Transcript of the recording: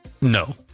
No